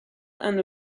and